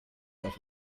auf